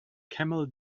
camel